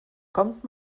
kommt